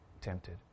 tempted